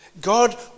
God